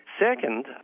Second